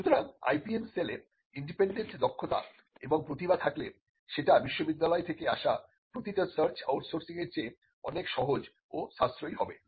সুতরাং IPM সেলে independent দক্ষতা এবং প্রতিভা থাকলে সেটা বিশ্ববিদ্যালয় থেকে আসা প্রতিটা সার্চ আউটসোর্সিংয়ের চেয়ে অনেক সহজ ও সাশ্রয়ী হবে